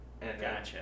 Gotcha